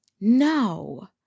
No